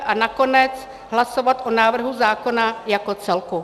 A nakonec hlasovat o návrhu zákona jako celku.